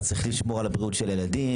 אז צריך לשמור על בריאות הילדים